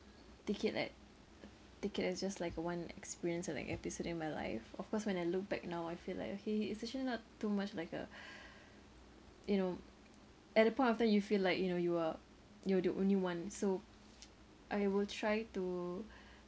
take it like take it as just like a one experience or like episode in my life of course when I look back now I feel like okay it's actually not too much like a you know at that point of time you feel like you know you are you're the only one so I will try to